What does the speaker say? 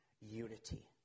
unity